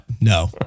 no